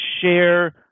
share